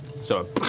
so